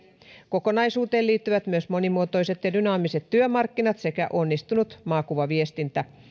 kokonaisuuteen liittyvät myös monimuotoiset ja dynaamiset työmarkkinat sekä onnistunut maakuvaviestintä